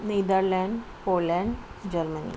nether land Poland Germany